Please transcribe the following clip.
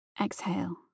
Exhale